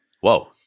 Whoa